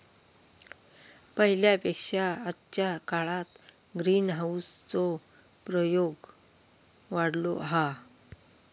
पहिल्या पेक्षा आजच्या काळात ग्रीनहाऊस चो प्रयोग वाढलो हा